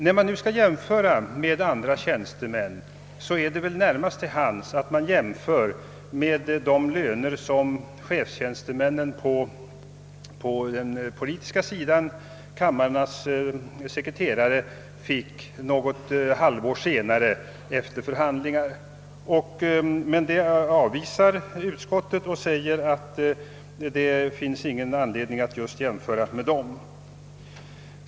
När man nu skall jämföra med lönen för andra tjänstemän, ligger det väl närmast till hands, att man jämför med de löner som chefstjänstemännen på den politiska sidan, kamrarnas sekreterare, fick något halvår senare efter förhandlingar. Den jämförelsen avvisar emellertid utskottet och säger, att det finns ingen anledning att jämföra just med dem.